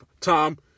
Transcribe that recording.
Tom